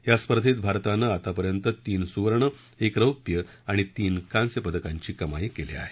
या स्पर्धेत भारतानं आतापर्यंत तीन सुवर्ण एक रौप्य आणि तीन कांस्य पदकाची कमाई केली आहे